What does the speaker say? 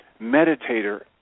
meditator